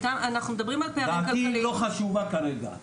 אנחנו מדברים על פערים כלכליים --- דעתי לא חשובה כרגע,